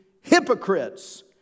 hypocrites